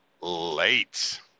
Late